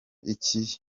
iki